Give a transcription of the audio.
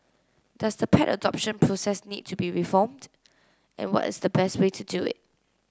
does the pet adoption process need to be reformed and what is the best way to do it